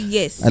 Yes